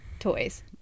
toys